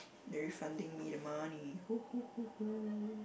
they're refunding me the money !woohoohoo!